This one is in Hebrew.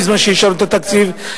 בזמן שאישרנו את התקציב,